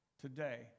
today